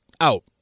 out